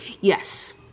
Yes